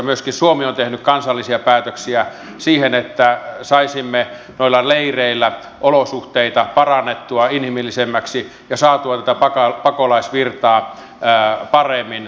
myöskin suomi on tehnyt kansallisia päätöksiä siihen että saisimme noilla leireillä olosuhteita parannettua inhimillisemmiksi ja tätä pakolaisvirtaa paremmin hallintaan